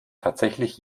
tatsächlich